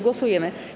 Głosujemy.